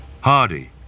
Hardy